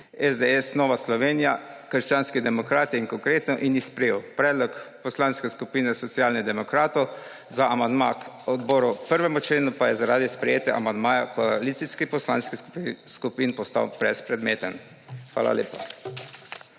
SDS, Nova Slovenija − krščanski demokrati in Konkretno in jih sprejel. Predlog Poslanske skupine Socialnih demokratov za amandma k 1. členu pa je zaradi sprejetja amandmaja koalicijskih poslanskih skupin postal brezpredmeten. Hvala lepa.